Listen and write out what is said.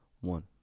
One